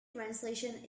translation